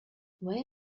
where